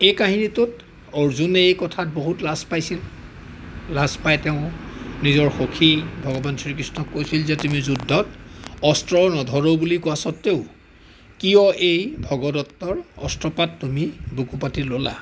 এই কাহিনীটোত অৰ্জুনে এই কথাত বহুত লাজ পাইছিল লাজ পাই তেওঁ নিজৰ সখি ভগৱান শ্ৰী কৃষ্ণক কৈছিল যে তুমি যুদ্ধত অস্ত্ৰ নধৰোঁ বুলি কোৱা স্বত্বেও কিয় এই ভগদত্তৰ অস্ত্ৰপাত তুমি বুকু পাতি ল'লা